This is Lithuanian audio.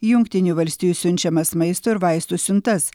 į jungtinių valstijų siunčiamas maisto ir vaistų siuntas